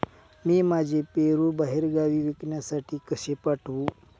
मी माझे पेरू बाहेरगावी विकण्यासाठी कसे पाठवू?